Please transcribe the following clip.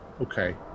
Okay